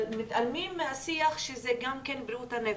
אבל מתעלמים מהשיח שזה גם בריאות הנפש,